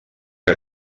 que